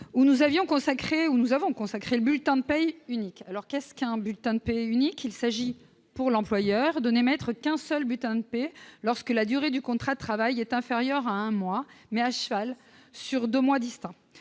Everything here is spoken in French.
où nous avons consacré le principe du bulletin de paie unique. Qu'est-ce qu'un bulletin de paie unique ? Il s'agit pour l'employeur de n'émettre qu'un seul bulletin de paie lorsque la durée du contrat de travail est inférieure à un mois, mais à cheval sur deux mois distincts.